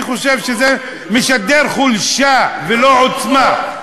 אני חושב שזה משדר חולשה, ולא עוצמה.